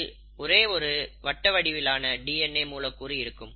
அதில் ஒரே ஒரு வட்ட வடிவிலான டி என் ஏ மூலக்கூறு இருக்கும்